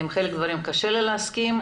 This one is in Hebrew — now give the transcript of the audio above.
עם חלק מהדברים קשה לי להסכים.